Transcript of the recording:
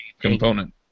component